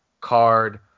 card